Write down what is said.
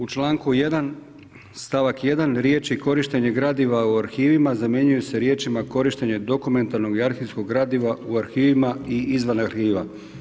U članku 1. stavak 1. riječi „korištenje gradiva o arhivima“ zamjenjuje se riječima „korištenje dokumentarnog i arhivskog gradiva u arhivima i izvan arhiva“